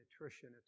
nutrition